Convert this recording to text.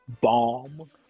Bomb